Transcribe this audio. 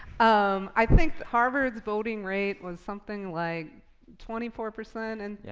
um i think harvard's voting rate was something like twenty four percent in yeah,